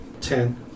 Ten